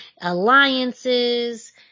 alliances